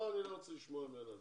אני לא רוצה לשמוע ממנה.